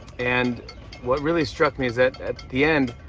and what really struck me is that, at the end,